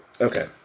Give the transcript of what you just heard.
okay